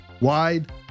wide